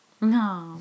No